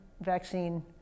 vaccine